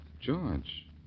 George